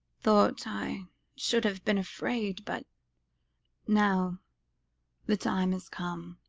thought i should have been afraid but now the time has come